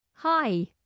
Hi